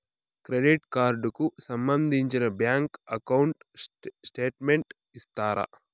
Credit card కు సంబంధించిన bank account statement ఇస్తారా?